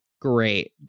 Great